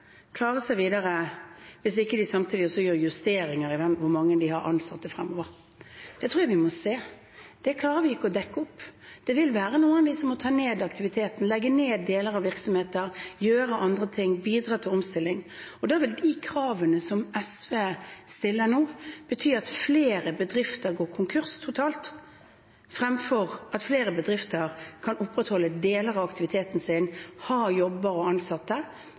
klare seg videre hvis de ikke samtidig også gjør justeringer i hvor mange ansatte de har fremover. Det tror jeg vi vil se, det klarer vi ikke å dekke opp. Det vil være noen av dem som må ta ned aktiviteten, legge ned deler av virksomheten, gjøre andre ting, bidra til omstilling. Da vil de kravene som SV stiller nå, bety at flere bedrifter går konkurs totalt, fremfor at flere bedrifter kan opprettholde deler av aktiviteten sin, ha jobber og ansatte.